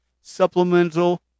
supplemental